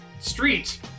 street